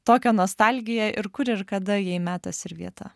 tokią nostalgiją ir kur ir kada jai metas ir vieta